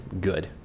good